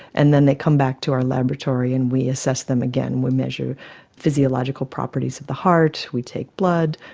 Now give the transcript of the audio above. and then they come back to our laboratory and we assess them again, we measure physiological properties of the heart, we take blood.